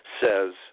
says